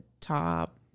top